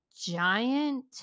giant